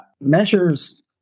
measures